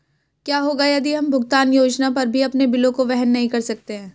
क्या होगा यदि हम भुगतान योजना पर भी अपने बिलों को वहन नहीं कर सकते हैं?